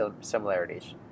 similarities